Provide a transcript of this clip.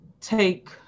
take